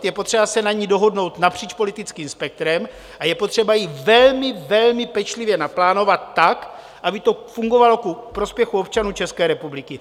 Je potřeba se na ní dohodnout napříč politickým spektrem a je potřeba ji velmi, velmi pečlivě naplánovat tak, aby to fungovalo ku prospěchu občanů České republiky.